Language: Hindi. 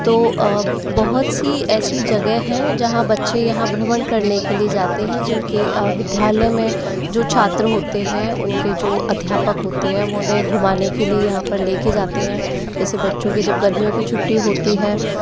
तो बहुत सी ऐसी जगह है जहाँ बच्चे यहाँ भ्रमण करने के लिए जाते हैं जिनके विद्यालय मैं जो छात्र होते हैं उनके जो अध्यापक होते हैं वो उन्हें घूमाने के लिए यहाँ पर ले के जाते हैं जैसे बच्चों की जब गर्मियों की छुट्टी होती है